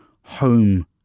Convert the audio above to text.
home